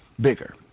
bigger